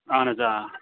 اہن حظ آ